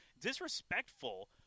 Disrespectful